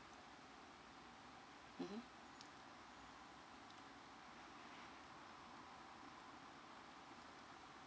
mmhmm